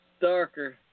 darker